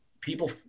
people